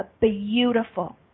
beautiful